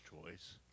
choice